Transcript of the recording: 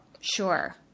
Sure